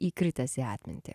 įkritęs į atmintį